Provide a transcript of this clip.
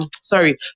Sorry